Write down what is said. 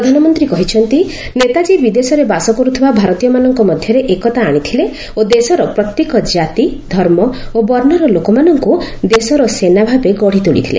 ପ୍ରଧାନମନ୍ତ୍ରୀ କହିଛନ୍ତି ନେତାଜୀ ବିଦେଶରେ ବାସ କରୁଥିବା ଭାରତୀୟମାନଙ୍କ ମଧ୍ୟରେ ଏକତା ଆଣିଥିଲେ ଓ ଦେଶର ପ୍ରତ୍ୟେକ କ୍ଷାତି ଧର୍ମ ଓ ବର୍ଷର ଲୋକମାନଙ୍କୁ ଦେଶର ସେନା ଭାବେ ଗଢ଼ିତୋଳିଥିଲେ